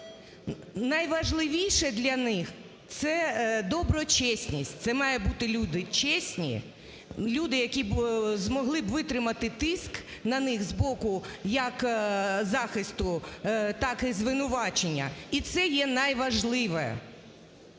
Найважливіше для них – це доброчесність, це мають бути люди чесні, люди, які змогли б витримати тиск на них збоку як захисту, так і звинувачення і це є найважливе.